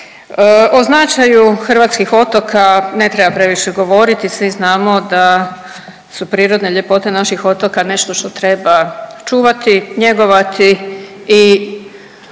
O značaju hrvatskih otoka ne treba previše govoriti, svi znamo da su prirodne ljepote naših otoka nešto što treba čuvati, njegovati i